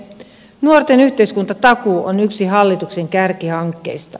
nuorten yhteiskuntatakuu on yksi hallituksen kärkihankkeista